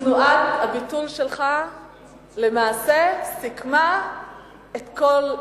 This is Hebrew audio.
תנועת הביטול שלך למעשה סיכמה את כל,